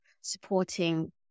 supporting